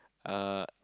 uh